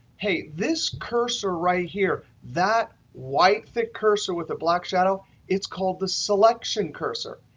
hey, this cursor right here that white thick cursor with a black shadow it's called the selection cursor,